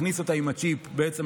מכניס אותה עם הצ'יפ למכשיר.